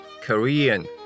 Korean